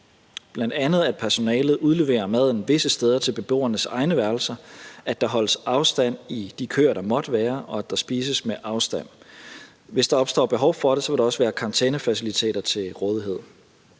bl.a. at personalet visse steder udleverer maden til beboernes egne værelser, at der holdes afstand i de køer, der måtte være, og at der spises med afstand. Hvis der opstår behov for det, vil der også være karantænefaciliteter til rådighed.